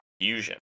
fusion